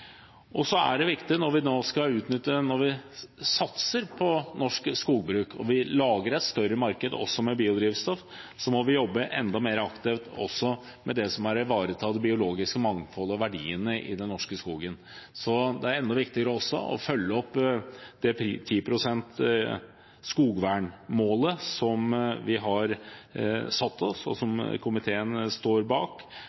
Og så er det viktig, når vi nå satser på norsk skogbruk og lager et større marked med biodrivstoff, å jobbe enda mer aktivt med å ivareta det biologiske mangfoldet og verdiene i den norske skogen. Det er enda viktigere å følge opp 10 pst.-skogvernmålet som vi har satt oss, og